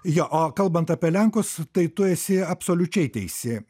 jo o kalbant apie lenkus tai tu esi absoliučiai teisi